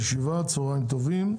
צהריים טובים.